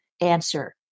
answer